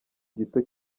gito